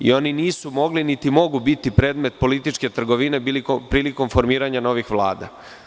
Oni nisu mogli, niti mogu biti predmet političke trgovine prilikom formiranja novih vlada.